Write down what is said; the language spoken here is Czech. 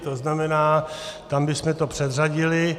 To znamená, tam bychom to předřadili.